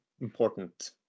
important